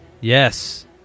Yes